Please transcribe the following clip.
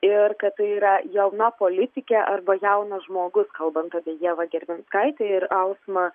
ir kad tai yra jauna politikė arba jaunas žmogus kalbant apie ievą gervinskaitę ir ausmą